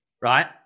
right